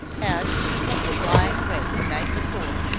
as she had been lying awake the night before,